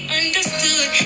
understood